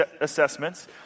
assessments